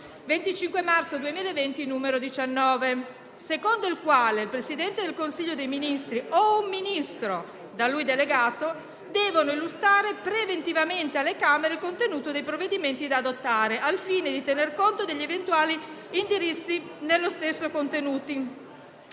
25 marzo 2020, n. 19, secondo il quale: «il Presidente del Consiglio dei ministri o un Ministro da lui delegato illustra preventivamente alle Camere il contenuto dei provvedimenti da adottare (...), al fine di tener conto degli eventuali indirizzi dalle stesse formulati».